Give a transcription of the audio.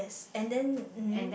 yes and then